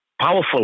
powerful